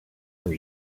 our